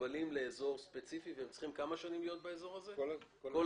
מוגבלים לאזור ספציפי והם צריכים להיות באזור זה כל התקופה.